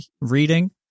reading